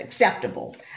acceptable